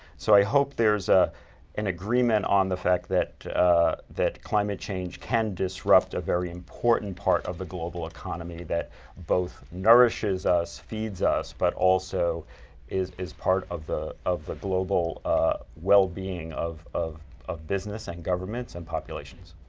so i hope there is ah an agreement on the fact that ah that climate change can disrupt a very important part of the global economy that both nourishes us feeds us, but also is part part of the of the global ah well-being of of business and governments and populations.